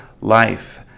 life